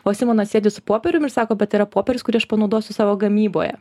o simonas sėdi su popierium ir sako bet tai yra popierius kurį aš panaudosiu savo gamyboje